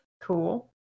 cool